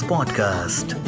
Podcast